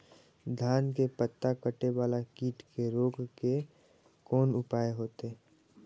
धान के पत्ता कटे वाला कीट के रोक के कोन उपाय होते?